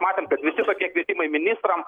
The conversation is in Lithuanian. matėm kad visi tokie kvietimai ministram